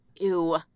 ew